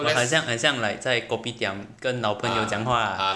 !wah! 很像很像 like 在 kopitiam 跟老朋友讲话